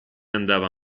andava